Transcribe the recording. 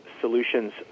solutions